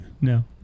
No